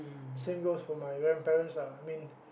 same goes for my grandparents lah I mean